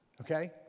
okay